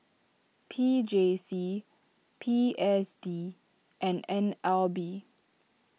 P J C P S D and N L B